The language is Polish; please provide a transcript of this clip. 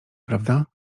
prawda